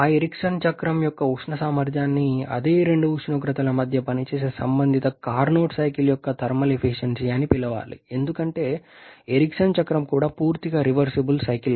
ఆ ఎరిక్సన్ చక్రం యొక్క ఉష్ణ సామర్థ్యాన్ని అదే రెండు ఉష్ణోగ్రతల మధ్య పనిచేసే సంబంధిత కార్నోట్ సైకిల్ యొక్క థర్మల్ ఎఫిషియెన్సీ అని పిలవాలి ఎందుకంటే ఎరిక్సన్ చక్రం కూడా పూర్తిగా రివర్సిబుల్ సైకిల్